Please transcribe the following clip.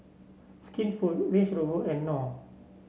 Skinfood Range Rover and Knorr